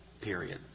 period